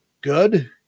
good